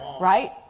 right